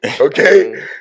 Okay